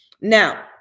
now